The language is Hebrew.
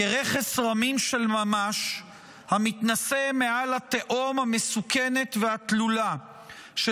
כרכס רמים של ממש המתנשא מעל התהום המסוכנת והתלולה של